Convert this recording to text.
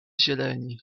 zieleni